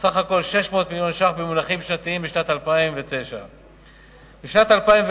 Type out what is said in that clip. סך הכול: 600 מיליון ש"ח במונחים שנתיים לשנת 2009. בשנת 2010,